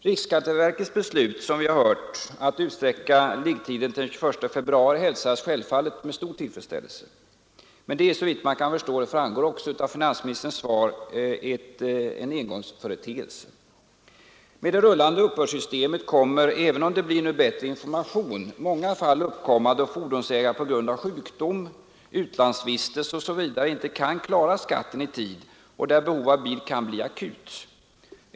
Riksskatteverkets beslut att utsträcka liggetiden till den 21 februari hälsades självfallet med stor tillfredsställelse, men det är såvitt man kan förstå — det framgår också av finansministerns svar — en engångsföreteelse. Med det rullande uppbördssystemet kommer, även om det nu blir bättre information, många fall att inträffa där fordonsägare på grund av sjukdom, utlandsvistelse osv. inte kan klara skatten i tid och där behovet av bil kan bli akut.